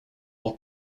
are